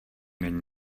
není